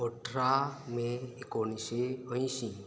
अठरा मे एकुणशे अंयशी